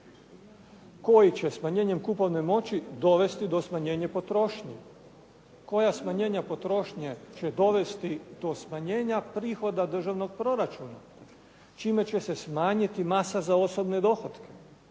koji će smanjenjem kupovne moći dovesti do smanjenja potrošnje koja smanjenja potrošnje će dovesti do smanjenja prihoda državnog proračuna čime će se smanjiti masa za osobne dohotke,